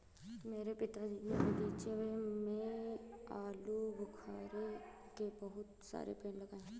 मेरे पिताजी ने बगीचे में आलूबुखारे के बहुत सारे पेड़ लगाए हैं